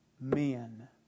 men